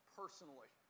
personally